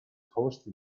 host